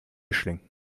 mischling